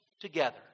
Together